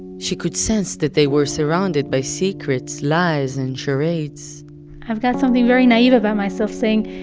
she could sense that they were surrounded by secrets, lies and charades i've got something very naive about myself saying,